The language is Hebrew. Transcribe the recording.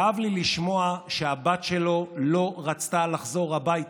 כאב לי לשמוע שהבת שלו לא רצתה לחזור הביתה.